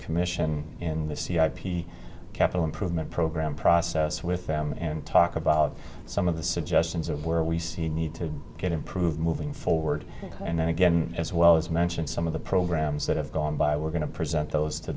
commission in the c r p capital improvement program process with them and talk about some of the suggestions of where we see a need to get improved moving forward and then again as well as mention some of the programs that have gone by we're going to present those to